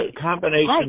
combination